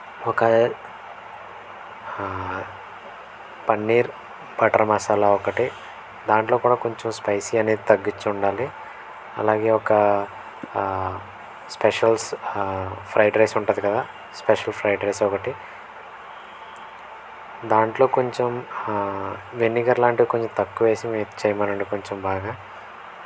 ఒక పన్నీర్ బటర్ మసాలా ఒకటి దాంట్లో కూడా కొంచెం స్పైసీ అనేది తగ్గించి ఉండాలి అలాగే ఒక స్పెషల్స్ ఫ్రైడ్రైస్ ఉంటుంది కదా స్పెషల్ ఫ్రైడ్రైస్ ఒకటి దాంట్లో కొంచెం వెనిగర్ లాంటివి కొంచెం తక్కువ వేసి మిక్స్ చేయమనండి కొంచెం బాగా